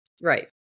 Right